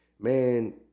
man